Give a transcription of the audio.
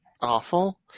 awful